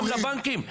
איך אומרים?